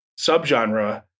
subgenre